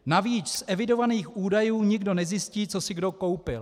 Navíc z evidovaných údajů nikdo nezjistí, co si kdo koupil.